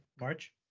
March